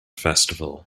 festival